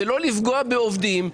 אסור לפגוע בעובדים.